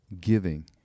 giving